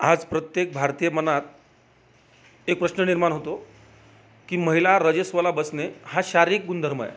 आज प्रत्येक भारतीय मनात एक प्रश्न निर्माण होतो की महिला रजस्वला बसणे हा शारीरिक गुणधर्म आहे